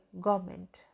government